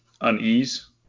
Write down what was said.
unease